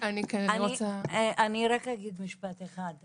אני אגיד רק משפט אחד.